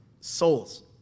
souls